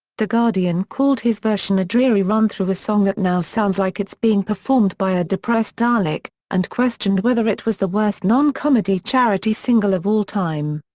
the guardian called his version a dreary run through a song that now sounds like it's being performed by a depressed dalek and questioned whether it was the worst non-comedy charity single of all time.